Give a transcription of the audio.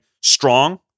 strong